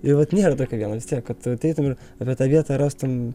ir vat nėra tokio vieno vis tiek kad ateitum ir apie tą vietą rastum